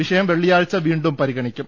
വിഷയം വെള്ളിയാഴ്ച വീണ്ടും പരിഗണിക്കും